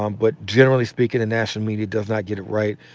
um but generally speaking the national media does not get it right.